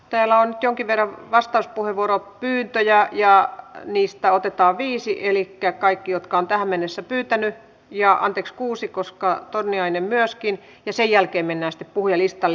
täällä on nyt jonkin verran vastauspuheenvuoropyyntöjä ja niistä otetaan viisi elikkä kaikki jotka ovat tähän mennessä pyytäneet anteeksi kuusi koska torniainen myöskin ja sen jälkeen mennään sitten puhujalistalle